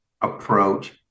approach